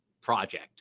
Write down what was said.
project